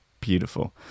beautiful